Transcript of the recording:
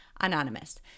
anonymous